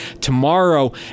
tomorrow